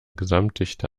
gesamtdichte